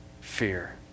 fear